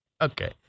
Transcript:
Okay